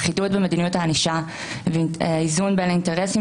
אחידות במדיניות הענישה ואיזון בין אינטרסים